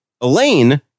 Elaine